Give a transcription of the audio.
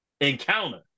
encounter